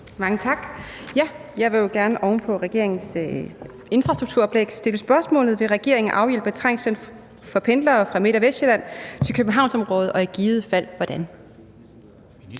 Mange tak. Jeg vil gerne oven på regeringens infrastrukturoplæg stille spørgsmålet: Vil regeringen afhjælpe trængslen for pendlere fra Midt- og Vestsjælland til Københavnsområdet, og i givet fald hvordan?